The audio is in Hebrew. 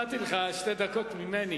חבר הכנסת זאב, נתתי לך שתי דקות ממני.